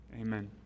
Amen